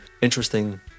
interesting